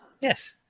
Yes